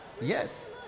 Yes